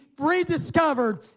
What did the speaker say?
rediscovered